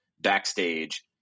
backstage